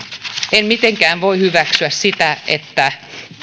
en mitenkään voi hyväksyä sitä että